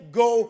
go